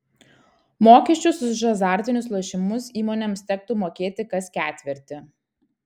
mokesčius už azartinius lošimus įmonėms tektų mokėti kas ketvirtį